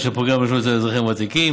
אשר פוגע באזרחים הוותיקים,